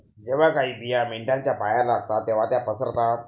जेव्हा काही बिया मेंढ्यांच्या पायाला लागतात तेव्हा त्या पसरतात